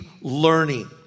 learning